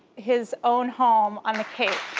his own home on the cape.